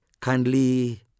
kindly